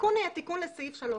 התיקון היה תיקון לסעיף 3א,